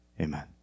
Amen